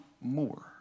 more